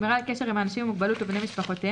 שמירה על קשר עם האנשים עם מוגבלות ובני משפחותיהם,